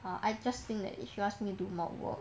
uh I just think that if you ask me do more work